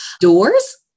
doors